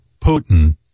Putin